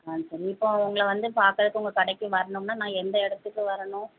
ஆ சரி இப்போது உங்களை வந்து பார்க்கறதுக்கு உங்கக் கடைக்கு வரணும்னா நான் எந்த இடத்துக்கு வரணும்